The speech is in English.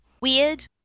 Weird